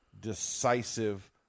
decisive